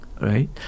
right